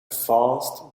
vast